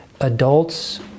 Adults